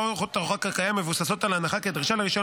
הוראות החוק הקיים מבוססות על ההנחה כי הדרישה לרישיון